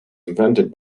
invented